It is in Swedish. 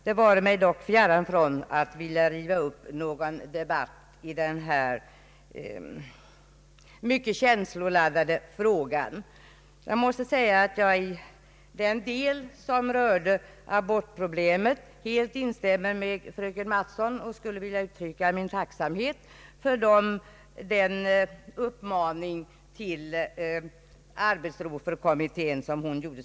Det vare mig dock fjärran att vilja riva upp någon debatt i den här mycket känsloladdade frågan. I den del som rörde abortproblemet instämmer jag helt med fröken Mattson, och jag vill uttrycka min tacksamhet för den uppmaning att ge arbetsro för kommittén som hon uttalade.